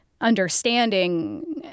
understanding